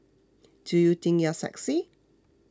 do you think you are sexy